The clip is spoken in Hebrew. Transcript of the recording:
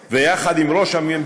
רב.